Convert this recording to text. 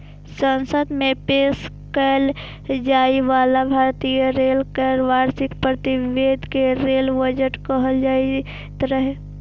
संसद मे पेश कैल जाइ बला भारतीय रेल केर वार्षिक प्रतिवेदन कें रेल बजट कहल जाइत रहै